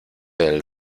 del